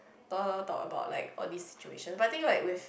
talk talk talk talk talk about like what this situation but the thing like with